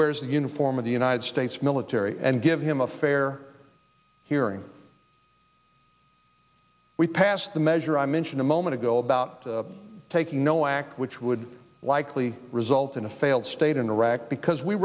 wears the uniform of the united states military and give him a fair hearing we passed the measure i mentioned a moment ago about taking no act which would likely result in a failed state in iraq because we